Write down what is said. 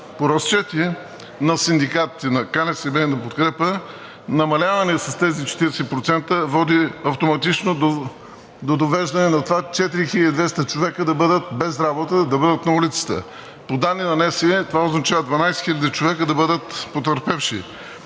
По разчети на синдикатите – на КНСБ, и на „Подкрепа“, намаляване с тези 40% води автоматично до довеждане на това 4200 човека да бъдат без работа, да бъдат на улицата. По данни на НСИ това означава 12 хиляди човека да бъдат потърпевши